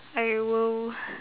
I will